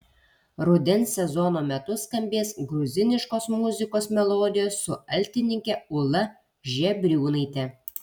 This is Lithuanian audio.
rudens sezono metu skambės gruziniškos muzikos melodijos su altininke ūla žebriūnaite